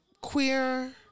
queer